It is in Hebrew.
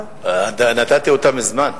נתתי אותה מזמן.